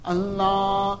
Allah